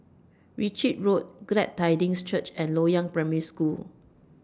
Ritchie Road Glad Tidings Church and Loyang Primary School